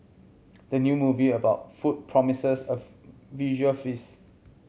the new movie about food promises a visual feast